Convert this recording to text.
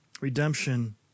Redemption